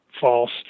false